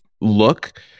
look